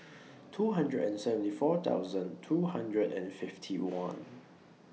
two hundred and seventy four thousand two hundred and fifty one